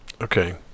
okay